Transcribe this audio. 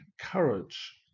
courage